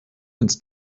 ins